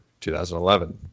2011